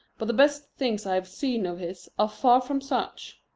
but the best things i have seen of his are far from such.